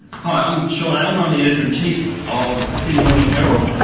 hi, i'm sean aylmer. i'm the editor-in-chief of the sydney morning herald.